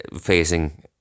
facing